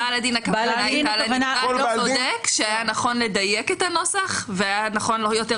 אתה צודק שהיה נכון לדייק את הנוסח והיה נכון עוד יותר